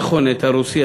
טיל "יאחונט" הרוסי,